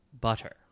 butter